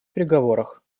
переговорах